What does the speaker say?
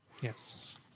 Yes